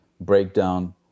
breakdown